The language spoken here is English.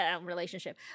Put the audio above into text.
relationship